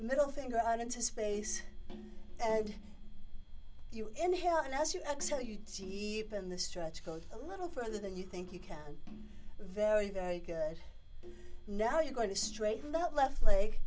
middle finger on into space and you inhale and as you excel you in the stretch go a little further than you think you can very very good now you're going to straighten that left leg